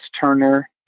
Turner